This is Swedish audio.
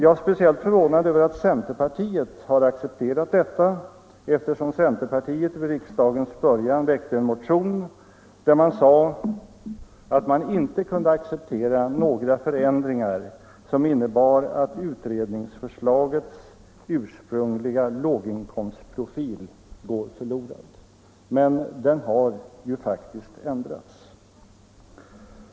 Jag är speciellt förvånad över att centerpartiet har accepterat detta, eftersom centerpartiet vid riksdagens början väckte en motion, där man sade att man inte kunde acceptera några förändringar som innebar att utredningsförslagets ursprungliga låginkomstprofil går förlorad. Men den har ju faktiskt ändrats.